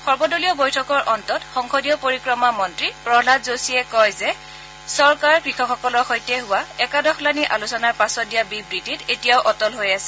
সৰ্বদলীয় বৈঠকৰ অন্তত সংসদীয় পৰিক্ৰমা মন্ত্ৰী প্ৰহাদ যোশীয়ে কয় যে চৰকাৰ কৃষকসকলৰ সৈতে হোৱা একাদশলানি আলোচনাৰ পাছত দিয়া বিবৃতিত এতিয়াও অটল হৈ আছে